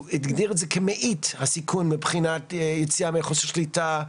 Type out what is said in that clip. הגדיר את זה כמאית הסיכון מבחינת יציאה מחוסר שליטה,